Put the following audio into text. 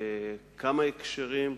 כמה הקשרים,